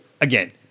again